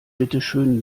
bitteschön